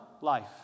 life